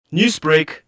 Newsbreak